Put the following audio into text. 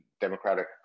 democratic